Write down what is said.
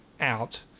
out